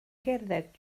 gerdded